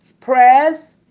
prayers